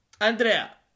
Andrea